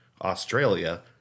Australia